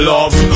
Love